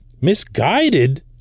misguided